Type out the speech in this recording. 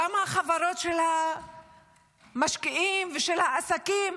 גם החברות של המשקיעים ושל העסקים,